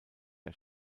der